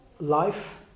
life